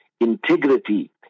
integrity